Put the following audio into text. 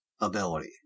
ability